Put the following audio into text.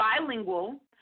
bilingual